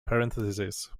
parentheses